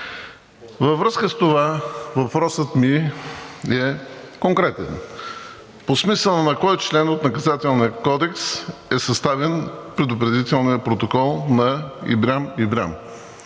Във връзка с това въпросът ми е конкретен: по смисъла на кой член от Наказателния кодекс е съставен предупредителният протокол на Ибрям Ибрям?